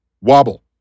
Wobble